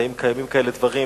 האם קיימים כאלה דברים.